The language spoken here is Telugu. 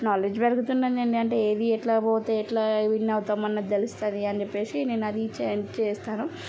నాలెడ్జ్ పెరుగుతుందండి అంటే ఏది ఎట్లా పోతే ఎట్లా విన్ అవుతాం అన్నది తెలుస్తుంది అని చెప్పేసి నేను అది చేస్తను